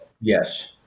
Yes